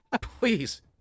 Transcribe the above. please